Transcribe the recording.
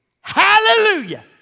hallelujah